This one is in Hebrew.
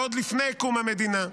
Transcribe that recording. ועוד לפני קום המדינה.